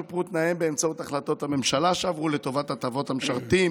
שופרו תנאיהם באמצעות החלטות הממשלה שעברו לטובת הטבות למשרתים